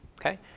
Okay